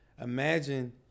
imagine